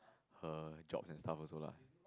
her jobs and stuff also lah